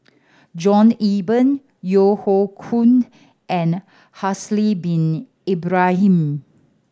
John Eber Yeo Hoe Koon and Haslir Bin Ibrahim